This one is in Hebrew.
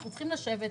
אנחנו צריכים לשבת,